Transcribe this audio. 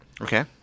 Okay